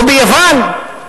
או ביוון?